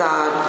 God